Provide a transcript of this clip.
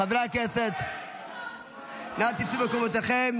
חברי הכנסת, אנא תפסו את מקומותיכם.